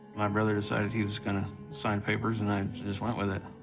my brother decided he was gonna sign papers, and i just went with it.